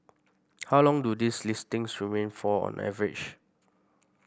how long do these listings remain for on average